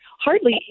Hardly